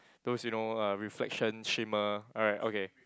those you know uh reflection shimmer right okay